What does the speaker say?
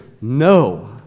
no